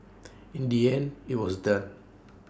in the end IT was done